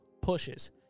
pushes